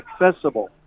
accessible